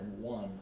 one